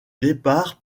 départ